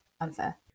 unfair